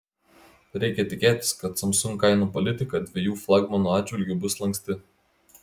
reikia tikėtis kad samsung kainų politika dviejų flagmanų atžvilgiu bus lanksti